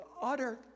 utter